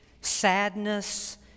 sadness